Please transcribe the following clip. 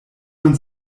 man